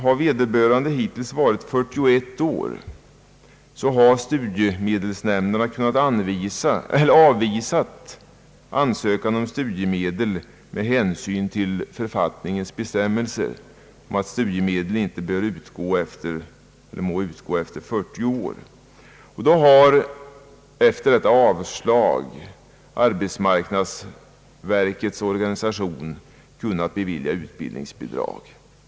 Om vederbörande fyllt 41 år har studiemedelsnämnderna kunnat avvisa ansökan om studiemedel på grundval av författningens bestämmelser om att studiemedel inte må utgå efter 40 års ålder. Efter ett sådant avslag har arbetsmarknadsverkets organ kunnat bevilja utbildningsbidrag.